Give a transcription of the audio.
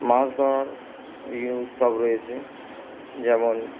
মাছ ধরার বিভিন্ন উৎসব রয়েছে যেমন